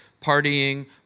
partying